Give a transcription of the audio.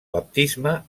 baptisme